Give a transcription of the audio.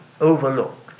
overlooked